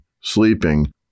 sleeping